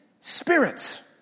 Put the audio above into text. Spirits